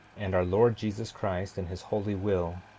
and our lord jesus christ, and his holy will,